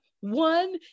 one